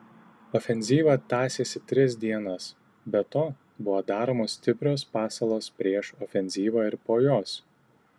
ofenzyva tąsėsi tris dienas be to buvo daromos stiprios pasalos prieš ofenzyvą ir po jos